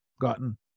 gotten